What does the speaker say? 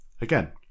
again